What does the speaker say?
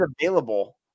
available